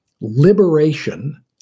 liberation